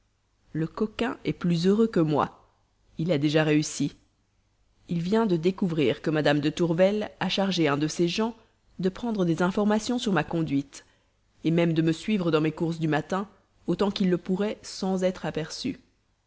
le coquin est plus heureux que moi il a déjà réussi il vient de découvrir que madame de tourvel a chargé un de ses gens de prendre des informations sur ma conduite même de me suivre dans mes courses du matin autant qu'il le pourrait sans être aperçu